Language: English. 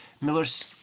Miller's